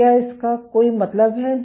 तो क्या इसका कोई मतलब है